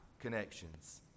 connections